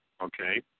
okay